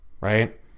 right